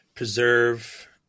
Preserve